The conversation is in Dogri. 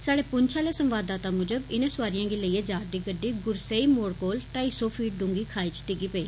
साढ़े पुंद आले संवाददाता मूजब इनें सुआरिएं गी लेइयै जा'रदी गड्डी गुरसई मोड़ कोल ढाई सौ फीट डूंहृगी खाई च डिग्गी पेई